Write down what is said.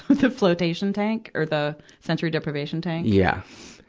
but the floatation tank. or the sensory deprivation tank. yeah.